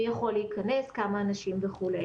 יש מגבלות מי יכול להיכנס, כמה אנשים וכו'.